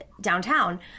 downtown